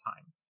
time